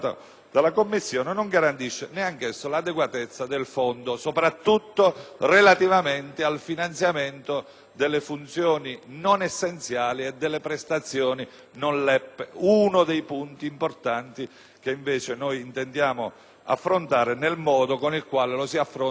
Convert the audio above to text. delle funzioni non essenziali e delle prestazioni non LEP, uno dei punti importanti che noi invece intendiamo affrontare nel modo in cui lo si affronta nel testo dell'emendamento 9.502, cioè garantendo che anche quelle prestazioni e funzioni possano godere di una